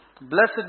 Blessed